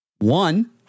One